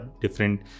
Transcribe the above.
different